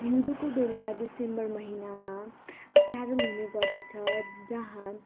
हिउँदोको बेला डिसेम्बर महिनामा क्यारेल हुने गर्दछ जहाँ